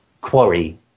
quarry